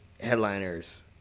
headliners